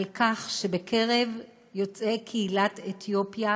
על כך שבקרב יוצאי קהילת אתיופיה